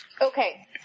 Okay